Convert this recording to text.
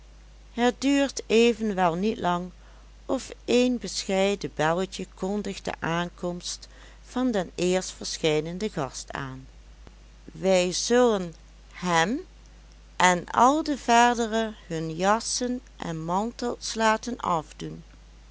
het duurt evenwel niet lang of een bescheiden belletje kondigt de aankomst van den eerstverschijnenden gast aan wij zullen hem en al de verdere hun jassen en mantels laten afdoen